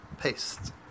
Paste